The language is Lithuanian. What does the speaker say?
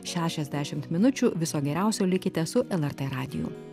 šešiasdešimt minučių viso geriausio likite su lrt radiju